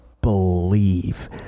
believe